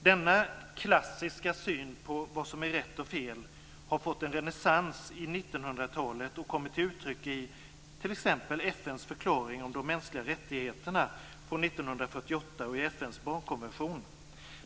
Denna klassiska syn på vad som är rätt och fel har fått en renässans på 1900-talet och kommit till uttryck i t.ex. FN:s förklaring om de mänskliga rättigheterna från 1948 och i FN:s barnkonvention.